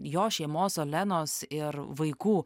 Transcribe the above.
jo šeimos olenos ir vaikų